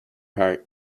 heart